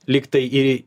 lyg tai ir